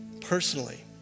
personally